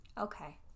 Okay